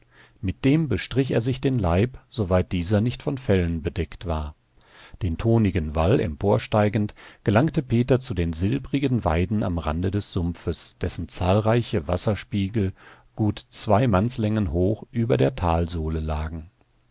mit dem bestrich er sich den leib soweit dieser nicht von fellen bedeckt war den tonigen wall emporsteigend gelangte peter zu den silbrigen weiden am rande des sumpfes dessen zahlreiche wasserspiegel gut zwei mannslängen hoch über der talsohle lagen